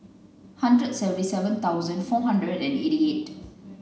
hundred seventy seven thousand four hundred eighty eight